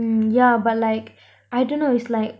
mm yeah but like I dunno is like